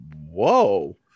whoa